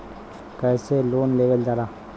कैसे लोन लेवल जाला?